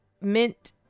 mint